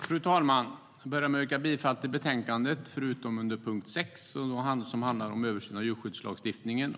Fru talman! Jag vill börja med att yrka bifall till utskottets förslag i betänkandet, förutom under punkt 6 som handlar om en översyn av djurskyddslagstiftningen.